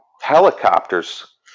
helicopters